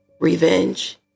revenge